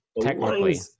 Technically